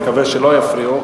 אני מקווה שלא יפריעו,